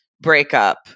breakup